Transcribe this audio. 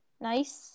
Nice